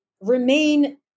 remain